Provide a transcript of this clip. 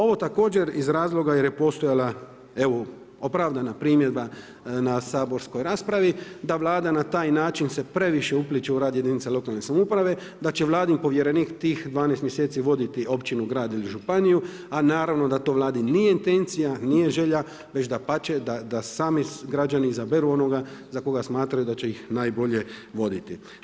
Ovo također iz razloga jer je postojala evo opravdana primjedba na saborskoj raspravi da Vlada na taj način se previše upliće u rad jedinice lokalne samouprave, da će vladin povjerenik tih 12 mjeseci voditi općinu, grad ili županiju, a naravno da to Vladi nije intencija, nije želja već dapače da sami građani izaberu onoga za koga smatraju da će ih najbolje voditi.